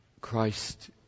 Christ